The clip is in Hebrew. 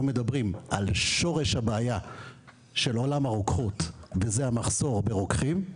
מדברים על שורש הבעיה של עולם הרוקחות וזה המחסור ברוקחים,